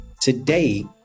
today